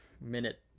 minute